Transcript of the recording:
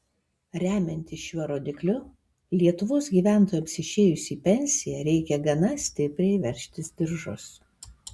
remiantis šiuo rodikliu lietuvos gyventojams išėjus į pensiją reikia gana stipriai veržtis diržus